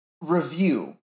review